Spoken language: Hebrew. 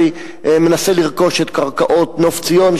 מנסה לרכוש את קרקעות "נוף ציון",